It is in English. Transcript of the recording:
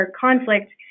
conflict